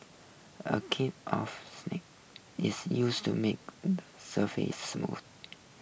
a cake of is used to make surface smooth